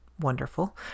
wonderful